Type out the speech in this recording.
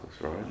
right